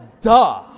Duh